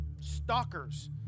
stalkers